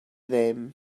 them